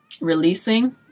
releasing